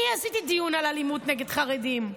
אני עשיתי דיון על אלימות נגד חרדים.